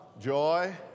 joy